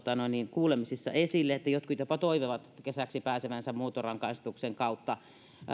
kuulemisissa esille että jotkut jopa toivovat kesäksi pääsevänsä muuntorangaistuksen kautta